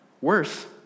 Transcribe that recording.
Worse